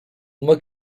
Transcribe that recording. uma